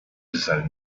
decided